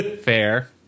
fair